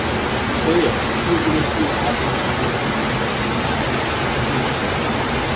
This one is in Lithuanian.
beje jeigu lietuviai atmetė plebiscitą tai lenkai hymanso projektą